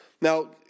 Now